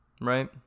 right